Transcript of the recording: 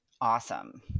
Awesome